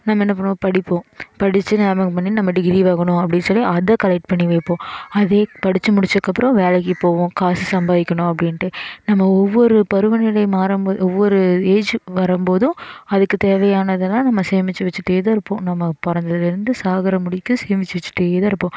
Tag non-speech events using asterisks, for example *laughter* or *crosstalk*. நம்ம என்ன பண்ணுவோம் படிப்போம் படிச்சு *unintelligible* பண்ணி நம்ம டிகிரி வாங்கணும் அப்படின்னு சொல்லி அதை கரெக்ட் பண்ணி வைப்போம் அதே படிச்சு முடித்தக்கப்புறம் வேலைக்கு போவோம் காசு சம்பாதிக்கணும் அப்படின்ட்டு நம்ம ஒவ்வொரு பருவநிலை மாறும்போது ஒவ்வொரு ஏஜ் வரும்போதும் அதுக்குத் தேவையானதெல்லாம் நம்ம சேமிச்சு வெச்சுட்டேதான் இருப்போம் நம்ம பிறந்ததுலேர்ந்து சாகிற முடிக்கும் சேமிச்சு வைச்சிட்டேதான் இருப்போம்